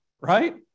right